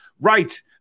right